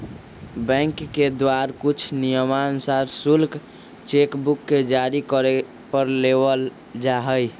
bank के द्वारा कुछ नियमानुसार शुल्क चेक बुक के जारी करे पर लेबल जा हई